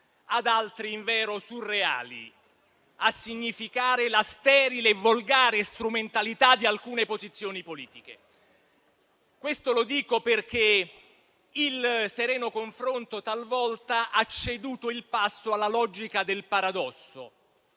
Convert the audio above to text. ad altri invero surreali. Ciò a significare la sterile e volgare strumentalità di alcune posizioni politiche. Dico questo perché talvolta il sereno confronto ha ceduto il passo alla logica del paradosso,